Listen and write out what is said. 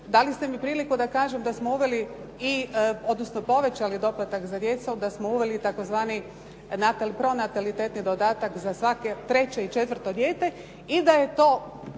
Dali ste mi priliku da kažem da smo uveli odnosno povećali doplatak za djecu, ali da smo uveli tzv. pronatalitetni dodatak za svako treće i četvrto dijete i da je to